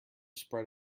spread